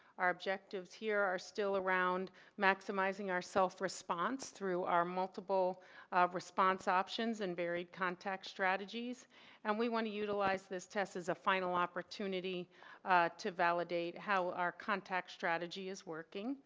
our objectives here are still around maximizeing our self response through our multiple response ah but ones and varied context strategies and we want to utilize this test as a final opportunity to validate how our contact strategy is working.